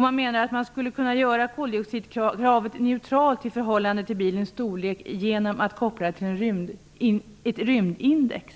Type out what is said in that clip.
Man menade att man skulle kunna göra koldioxidkravet neutralt i förhållande till bilens storlek genom att koppla det till ett rymdindex.